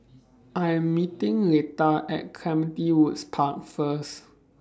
I'm meeting Letta At Clementi Woods Park First